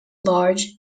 large